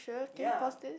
ya